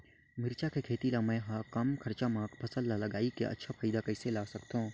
मिरचा के खेती ला मै ह कम खरचा मा फसल ला लगई के अच्छा फायदा कइसे ला सकथव?